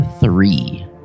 three